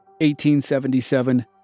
1877